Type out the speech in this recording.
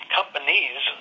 companies